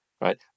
right